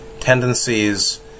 tendencies